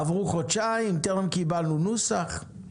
לכן אנו חושבים שנעשתה